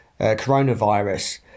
coronavirus